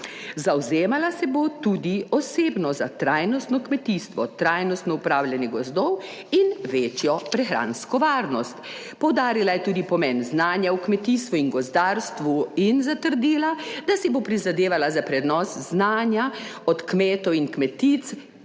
Zavzemala se bo tudi osebno za trajnostno kmetijstvo, trajnostno upravljanje gozdov in večjo prehransko varnost. Poudarila je tudi pomen znanja v kmetijstvu in gozdarstvu in zatrdila, da si bo prizadevala za prenos znanja od kmetov in kmetic